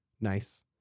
Nice